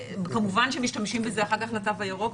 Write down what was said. כמובן שמשתמשים בזה אחר כך בתו הירוק,